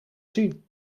zien